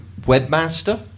webmaster